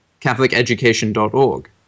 Catholiceducation.org